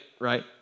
right